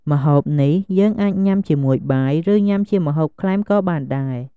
ម្ហូបនេះយើងអាចញុំាជាមួយបាយ ឬ ញុំាជាម្ហូបក្លែមក៏បានដែរ។